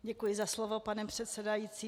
Děkuji za slovo, pane předsedající.